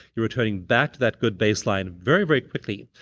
you're returning back to that good baseline very, very quickly.